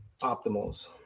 optimals